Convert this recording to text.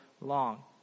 long